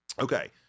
Okay